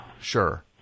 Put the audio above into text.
Sure